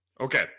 Okay